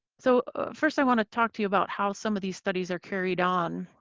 so first i want to talk to you about how some of these studies are carried on.